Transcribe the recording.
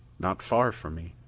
not far from me,